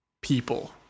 people